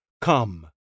Come